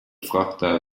frachter